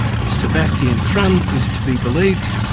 if sebastian thrun is to be believed,